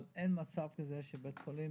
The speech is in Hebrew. אבל לא ייתכן שלבית חולים